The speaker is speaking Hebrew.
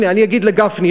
הנה, אני אגיד לגפני.